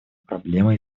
проблемы